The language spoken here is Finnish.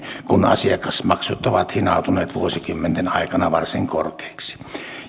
kun asiakasmaksut ovat hinautuneet vuosikymmenten aikana varsin korkeiksi